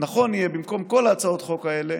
נכון יהיה במקום כל הצעות החוק האלה